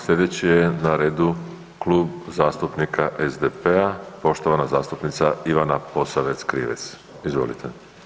Slijedeći je na redu Klub zastupnika SDP-a, poštovana zastupnica Ivana Posavec Krivec, izvolite.